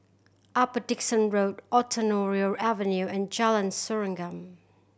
Upper Dickson Road Ontario Avenue and Jalan Serengam